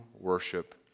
worship